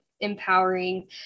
empowering